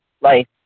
life